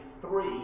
three